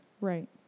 Right